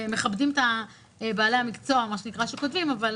ומכבדים את בעלי המקצוע שכותבים, אבל